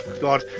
God